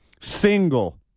Single